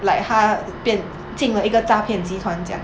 like 他骗进了一个诈骗集团这样